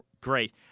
Great